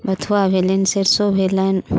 बथुआ भेलनि सरसो भेलनि